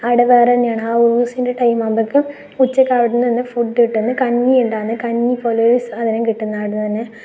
ആടെ വേറെ തന്നെയാണ് ആ ഉറൂസിൻ്റെ ടൈം ആകുമ്പോഴേക്കും ഉച്ചയ്ക്ക് അവിടെ നിന്ന് ഫുഡ് കിട്ടും കഞ്ഞിണ്ടാന്ന് കഞ്ഞി പോലെ ഒരു സാധനം കിട്ടുന്നതാണ് അവിടെ നിന്നു തന്നെ